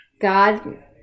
God